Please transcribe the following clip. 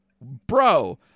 bro-